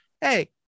hey